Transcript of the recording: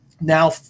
Now